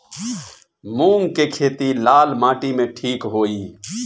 मूंग के खेती लाल माटी मे ठिक होई?